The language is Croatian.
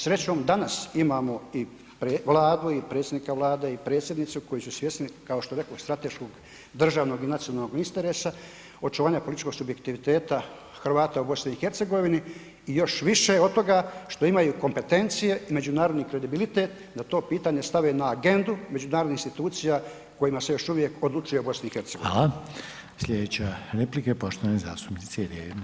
Srećom danas imamo i Vladu i predsjednika Vlade i predsjednicu koji su svjesni, kao što rekoh strateškog državnog i nacionalnog interesa, očuvanja političkog subjektiviteta Hrvata u BiH i još više od toga što imaju kompetencije i međunarodni kredibilitet da to pitanje stave na agendu međunarodnih institucija kojima se još uvijek odlučuje u BiH.